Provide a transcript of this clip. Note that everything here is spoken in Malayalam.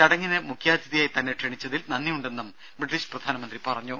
ചടങ്ങിന് മുഖ്യാതിഥിയായി തന്നെ ക്ഷണിച്ചതിൽ നന്ദിയുണ്ടെന്നും ബ്രിട്ടീഷ് പ്രധാനമന്ത്രി പറഞ്ഞു